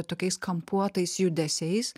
tokiais kampuotais judesiais